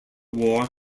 war